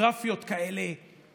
באינפוגרפיות תל